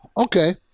Okay